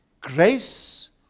grace